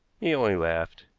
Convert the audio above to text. he only laughed.